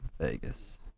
Vegas